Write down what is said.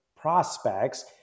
prospects